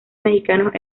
mexicanos